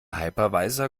hypervisor